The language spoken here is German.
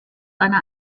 einer